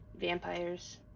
vampires